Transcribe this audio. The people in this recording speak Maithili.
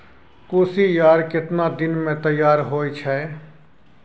कोसियार केतना दिन मे तैयार हौय छै?